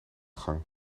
gang